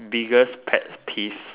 biggest pet peeve